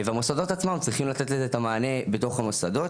והמוסדות עצמם צריכים לתת לזה את המענה בתוך המוסדות.